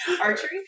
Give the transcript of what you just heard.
Archery